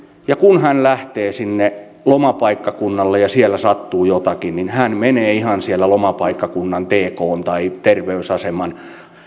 ja kun hän lähtee lomapaikkakunnalle ja siellä sattuu jotakin niin hän menee ihan sen lomapaikkakunnan tkn tai terveysaseman